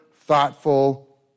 thoughtful